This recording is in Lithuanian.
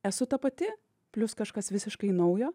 esu ta pati plius kažkas visiškai naujo